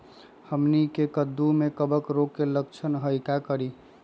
हमनी के कददु में कवक रोग के लक्षण हई का करी?